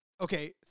okay